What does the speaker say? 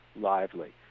lively